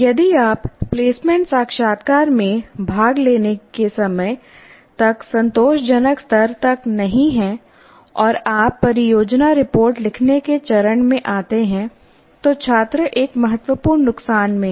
यदि आप प्लेसमेंट साक्षात्कार में भाग लेने के समय तक संतोषजनक स्तर तक नहीं हैं और आप परियोजना रिपोर्ट लिखने के चरण में आते हैं तो छात्र एक महत्वपूर्ण नुकसान में है